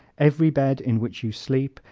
every bed in which you sleep,